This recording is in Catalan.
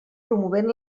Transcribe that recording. promovent